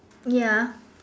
ya